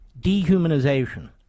dehumanization